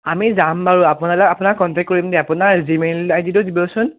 আমি যাম বাৰু আপোনালোক আপোনাক কণ্টেক্ট কৰিমগৈ আপোনাৰ জি মেইল আই ডিটো দিবচোন